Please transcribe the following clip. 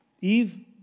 Eve